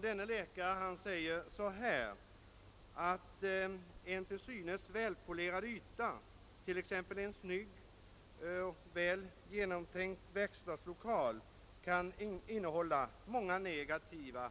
Denne läkare skriver att en till synes välpolerad yta, t.ex. en snygg och väl genomtänkt verkstadslokal, kan innehålla många negativa